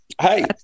Hey